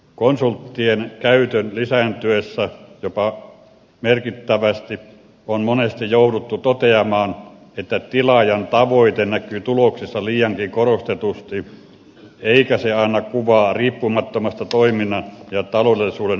konsulttien käytön lisääntyessä jopa merkittävästi on monesti jouduttu toteamaan että tilaajan tavoite näkyy tuloksessa liiankin korostetusti eikä se anna kuvaa riippumattomasta toiminnan ja taloudellisuuden arvioinnista